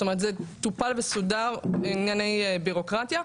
זאת אומרת זה טופל וסודר ענייני בירוקרטיה.